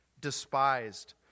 despised